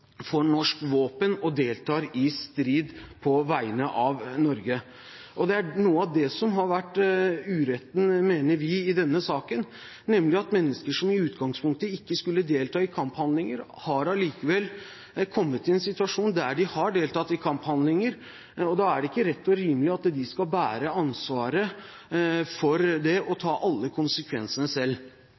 får norske våpen og deltar i strid på vegne av Norge. Det er noe av det som har vært uretten, mener vi, i denne saken, nemlig at mennesker som i utgangspunktet ikke skulle delta i kamphandlinger, allikevel har kommet i en situasjon der de har deltatt i kamphandlinger, og da er det ikke rett og rimelig at de skal bære ansvaret for det og ta alle